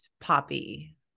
poppy